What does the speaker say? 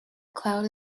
cloud